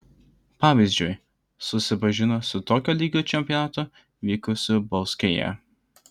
pavyzdžiui susipažino su tokio lygio čempionatu vykusiu bauskėje